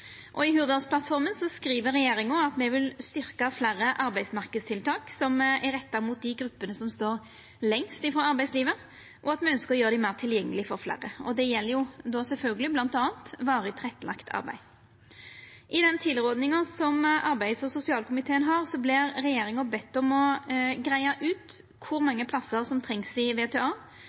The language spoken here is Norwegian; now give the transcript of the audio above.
I Hurdalsplattforma skriv regjeringa at me vil styrkja fleire arbeidsmarknadstiltak som er retta mot gruppene som står lengst frå arbeidslivet, og at me ønskjer å gjera dei meir tilgjengelege for fleire. Det gjeld sjølvsagt bl.a. varig tilrettelagt arbeid. I tilrådinga frå arbeids- og sosialkomiteen vert regjeringa bedt om å greia ut kor mange plassar som trengst i